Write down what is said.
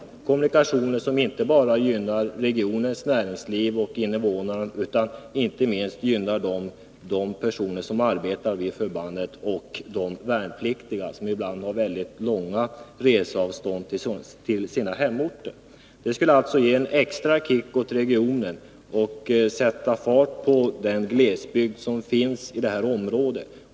Det ger kommunikationer som inte bara gynnar regionens näringsliv och invånare utan inte minst gynnar de personer som arbetar vid förbandet och de värnpliktiga, som ibland har väldigt långa resavstånd till sina hemorter. Det skulle alltså ge en extra ”kick” åt regionen och sätta fart på den s.k. glesbygd som finns i detta område.